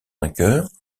vainqueurs